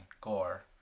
Gore